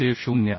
जे 0